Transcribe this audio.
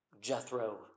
Jethro